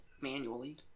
manually